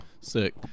Sick